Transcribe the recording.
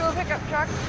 pickup truck?